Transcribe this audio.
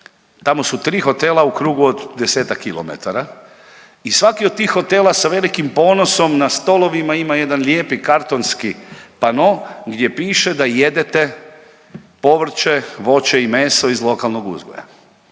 tamo su tri hotela u krugu od desetak kilometara i svaki od tih hotela sa velikim ponosom na stolovima ima jedan lijepi kartonski pano gdje piše da jedete povrće, voće i meso iz lokalnog uzgoja.